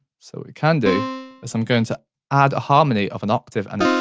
so we can do is i'm going to add a harmony of an octave and